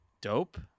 dope